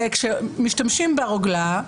כאשר משתמשים ברוגלה,